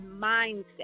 mindset